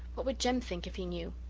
what would jem think if he knew?